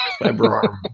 Cyberarm